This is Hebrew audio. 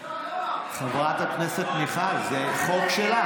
חברת הכנסת מיכל, זה חוק שלך.